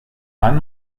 han